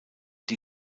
die